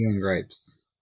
grapes